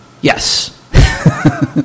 Yes